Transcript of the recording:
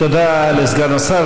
תודה לסגן השר.